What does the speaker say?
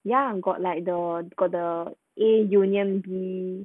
ya got like the got the A union B